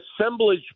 assemblage